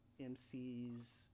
MCs